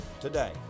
today